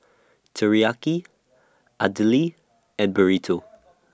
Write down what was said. Teriyaki Idili and Burrito